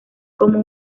como